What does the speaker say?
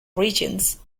regions